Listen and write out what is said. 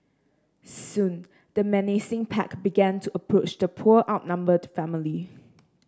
soon the menacing pack began to approach the poor outnumbered family